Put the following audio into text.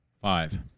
Five